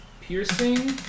piercing